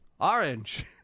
Orange